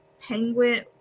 Penguin